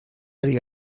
ari